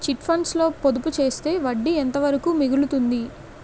Chit funds లో పొదుపు చేస్తే వడ్డీ ఎంత వరకు మిగులుతుంది?